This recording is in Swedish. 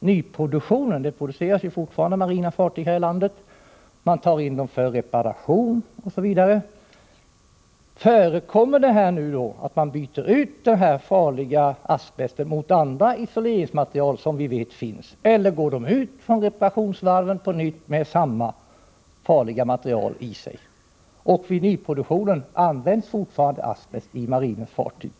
nyproduktionen? Det produceras ju fortfarande marina fartyg här i landet. Fartyg tas också in för reparation. Förekommer det att den farliga asbesten byts ut mot andra isoleringsmaterial som vi vet finns, eller går fartygen ut från reparationsvarven med samma farliga material i sig? Används vid nyproduktionen asbest i marinens fartyg?